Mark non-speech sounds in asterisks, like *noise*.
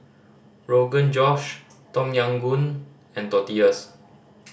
Rogan Josh Tom Yam Goong and Tortillas *noise*